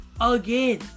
again